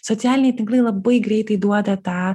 socialiniai tinklai labai greitai duoda tą